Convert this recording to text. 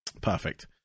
perfect